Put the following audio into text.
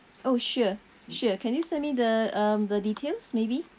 oh sure sure can you send me the um the details maybe